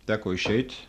teko išeit